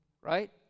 right